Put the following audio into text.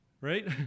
Right